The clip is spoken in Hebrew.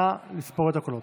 נא לספור את הקולות.